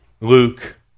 Luke